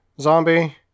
zombie